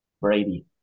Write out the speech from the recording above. Brady